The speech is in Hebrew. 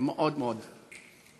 מאוד מאוד רצוי.